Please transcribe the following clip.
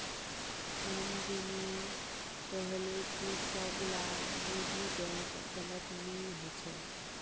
नंदिनी कोहले की सब ला निजी बैंक गलत नि होछे